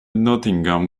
nottingham